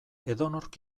edonork